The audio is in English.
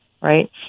Right